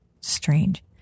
Strange